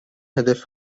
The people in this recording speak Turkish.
hedefi